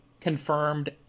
confirmed